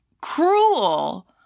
cruel